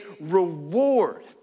reward